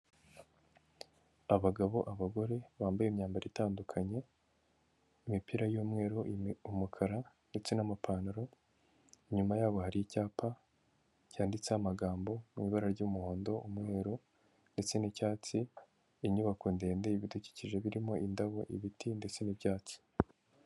Abagabo, abagore, bambaye imyambaro itandukanye, imipira y'umweru, umukara ndetse n'amapantaro, inyuma yabo, hari icyapa cyanditseho amagambo mu ibara ry'umuhondo, umweru ndetse n'icyatsi, inyubako ndende, ibidukikije birimo indabo ibiti ndetse n'ibyatsi.